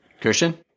Christian